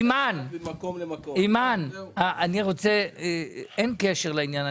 אימאן, אין קשר לעניין.